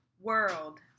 world